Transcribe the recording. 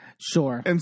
Sure